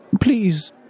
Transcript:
please